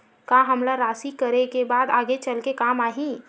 का हमला राशि करे के बाद आगे चल के काम आही?